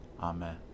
Amen